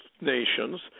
nations